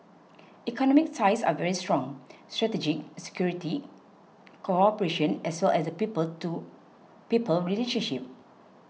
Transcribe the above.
economic ties are very strong strategic security cooperation as well as the people to people relationship